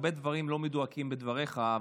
הרבה דברים לא מדויקים בדבריך.